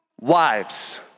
wives